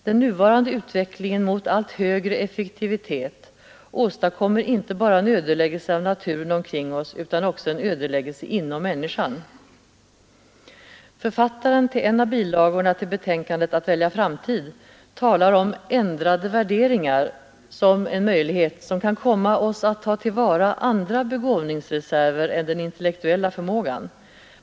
Den nuvarande utvecklingen mot allt högre effektivitet åstadkommer inte bara en ödeläggelse av naturen omkring oss utan också en ödeläggelse inom människan. Författaren till en av bilagorna till betänkandet Att välja framtid talar om ändrade värderingar som en möjlighet när det gäller att ta till vara andra begåvningsreserver än den intellektuella förmågan.